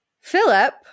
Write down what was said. Philip